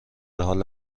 حال